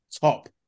top